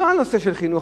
לא על נושא של חינוך,